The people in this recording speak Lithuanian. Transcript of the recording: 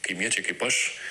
kaimiečiai kaip aš